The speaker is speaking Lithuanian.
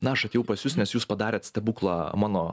na aš atėjau pas jus nes jūs padarėt stebuklą mano